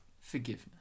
forgiveness